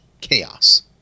chaos